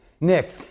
Nick